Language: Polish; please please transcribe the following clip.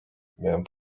miałem